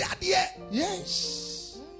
yes